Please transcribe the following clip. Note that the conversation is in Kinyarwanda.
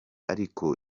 ariko